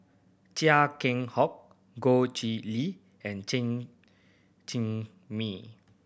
Chia Keng Hock Goh Chiew Lye and Chen Cheng Mei